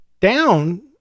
down